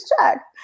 check